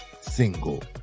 single